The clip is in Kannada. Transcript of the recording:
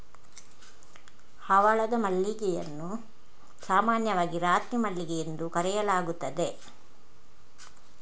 ಹವಳದ ಮಲ್ಲಿಗೆಯನ್ನು ಸಾಮಾನ್ಯವಾಗಿ ರಾತ್ರಿ ಮಲ್ಲಿಗೆ ಎಂದು ಕರೆಯಲಾಗುತ್ತದೆ